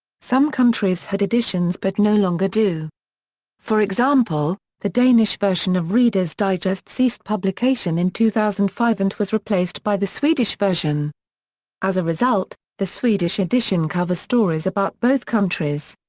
some countries had editions but no longer do for example, the danish version of reader's digest ceased publication in two thousand and five and was replaced by the swedish version as a result, the swedish edition covers stories about both countries.